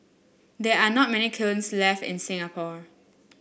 there are not many kilns left in Singapore